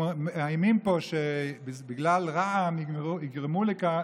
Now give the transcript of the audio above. מאיימים פה שבגלל רע"מ יגרמו לכך